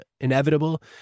inevitable